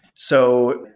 so,